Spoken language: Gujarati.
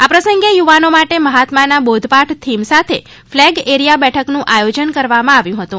આ પ્રસંગે યુવાનો માટે મહાત્માના બોધપાઠ થીમ સાથે ફલેગ એરીયા બેઠકનું આયોજન કરવામાં આવ્યું હતું